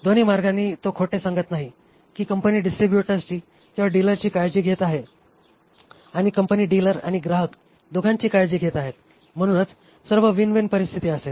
दोन्ही मार्गांनी तो खोटे सांगत नाही की कंपनी डिस्ट्रिब्युटर्सची किंवा डीलरची काळजी घेत आहे आणि डीलर कंपनी आणि ग्राहक दोघांची काळजी घेत आहेत म्हणूनच सर्व विन विन परिस्थिती असेल